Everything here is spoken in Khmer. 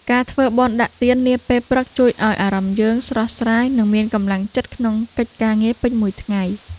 ការធ្វើបុណ្យដាក់ទាននាពេលព្រឹកជួយឱ្យអារម្មណ៍យើងស្រស់ស្រាយ និងមានកម្លាំងចិត្តក្នុងកិច្ចការងារពេញមួយថ្ងៃ។